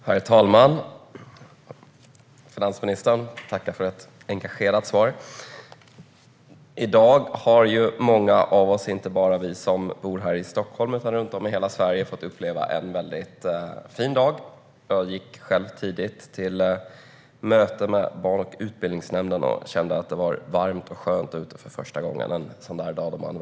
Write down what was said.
Herr talman! Tack för ett engagerat svar, finansministern! I dag har många av oss, inte bara vi som bor här i Stockholm utan runt om i hela Sverige, fått uppleva en fin dag. Jag gick tidigt till ett möte med barn och utbildningsnämnden och kände att det för första gången var varmt och skönt ute.